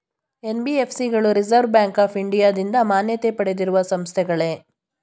NBFC ಗಳು reserve bank of ಇಂಡಿಯಾದಿಂದ ಮಾನ್ಯತೆ ಪಡೆದಿರುವ ಸಂಸ್ಥೆಗಳೇ?